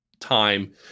time